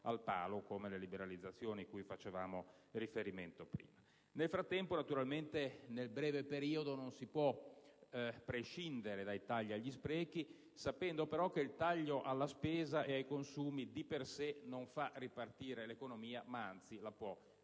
al palo, come le liberalizzazioni cui abbiamo fatto riferimento in precedenza. Nel frattempo, nel breve periodo, non si può prescindere dai tagli agli sprechi, sapendo però che il taglio alla spesa e ai consumi di per sé non fa ripartire l'economia, anzi la può